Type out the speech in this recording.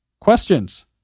questions